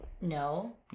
No